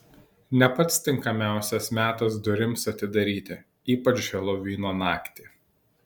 ne pats tinkamiausias metas durims atidaryti ypač helovino naktį